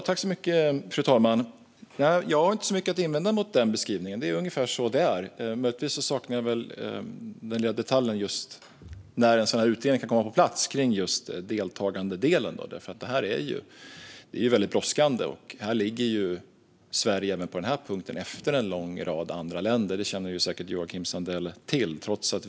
Fru talman! Jag har inte så mycket att invända mot den beskrivningen; det är ungefär så det är. Möjligtvis saknar jag den lilla detaljen om när en utredning kan komma på plats om just deltagandedelen. Detta är ju väldigt brådskande; även på denna punkt ligger Sverige efter en lång rad andra länder, som Joakim Sandell säkert känner till.